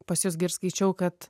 pas jus gi ir skaičiau kad